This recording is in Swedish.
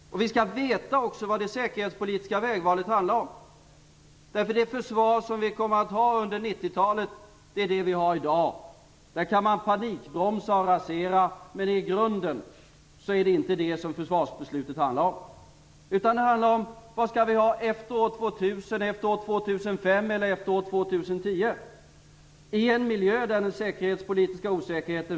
Vi skall veta vad det säkerhetspolitiska vägvalet handlar om. Det försvar som vi kommer att ha under 90-talet är det försvar som vi har i dag. Man kan panikbromsa och rasera det, men i grunden är det inte det som försvarsbeslutet handlar om. Det handlar om vad vi skall ha efter år 2000, 2005 eller 2010 i en miljö med säkerhetspolitisk osäkerhet.